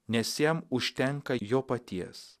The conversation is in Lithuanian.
nes jam užtenka jo paties